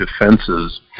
defenses